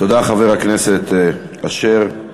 תודה, חבר הכנסת אשר.